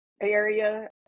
area